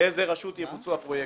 באיזו רשות יבוצעו הפרויקטים.